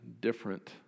different